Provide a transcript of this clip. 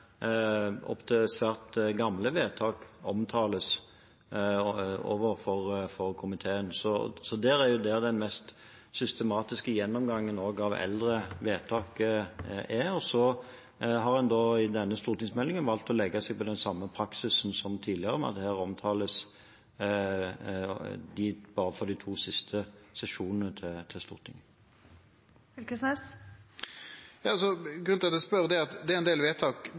svært gamle vedtak omtales overfor komiteen. Det er jo der den mest systematiske gjennomgangen av eldre vedtak er. Og så har en da, i denne stortingsmeldingen, valgt å legge seg på samme praksis som tidligere ved at her omtales bare vedtak fra de to siste sesjonene i Stortinget. Grunnen til at eg spør, er at det er ein del vedtak,